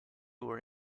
were